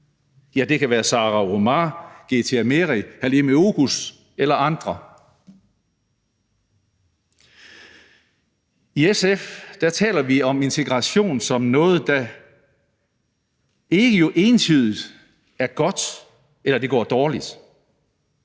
Ja, det kan være Sara Omar, Geeti Amiri, Halime Oguz eller andre. I SF taler vi om integration som noget, der jo ikke entydigt er godt, eller at det går dårligt.